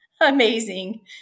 amazing